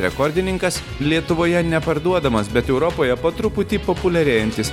rekordininkas lietuvoje neparduodamas bet europoje po truputį populiarėjantis